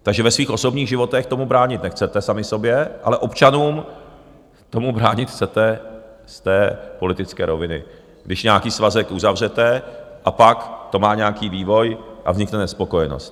Takže ve svých osobních životech tomu bránit nechcete, sami sobě, ale občanům tomu bránit chcete z té politické roviny, když nějaký svazek uzavřete a pak to má nějaký vývoj a vznikne nespokojenost.